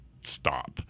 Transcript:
stop